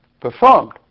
performed